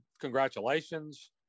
Congratulations